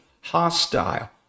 hostile